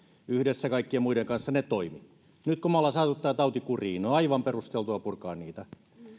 yhdessä kaikkien muiden kanssa ne toimivat nyt kun me olemme saaneet tämän taudin kuriin niin on aivan perusteltua purkaa niitä